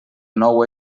nou